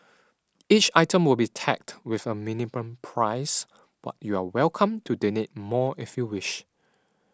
each item will be tagged with a minimum price but you're welcome to donate more if you wish